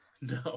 No